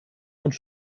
uns